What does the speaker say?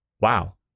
wow